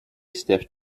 stiff